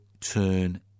turn